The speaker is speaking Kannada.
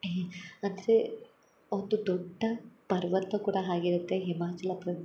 ಹೇ ಅಂದರೆ ಒಂದು ದೊಡ್ಡ ಪರ್ವತ ಕೂಡ ಹಾಗೆ ಇರುತ್ತೆ ಹಿಮಾಚಲ ಪ್ರ